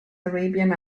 arabian